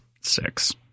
six